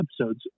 episodes